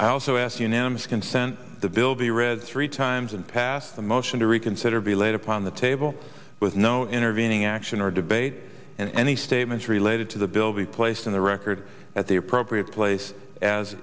i also ask unanimous consent the bill be read three times and pass the motion to reconsider be laid upon the table with no intervening action or debate and any statements related to the bill be placed in the record at the appropriate place as